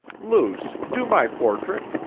luce, do my portrait!